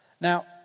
Now